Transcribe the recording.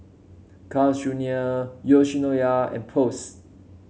Carl's Junior Yoshinoya and Post